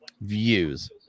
views